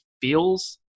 feels